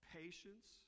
patience